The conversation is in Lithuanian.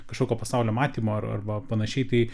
kažkokio pasaulio matymo arba panašiai tai